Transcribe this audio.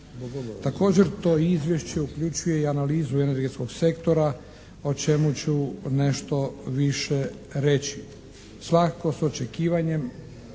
Također to izvješće uključuje i analizu energetskog sektora o čemu ću nešto više reći. Svakako s očekivanjem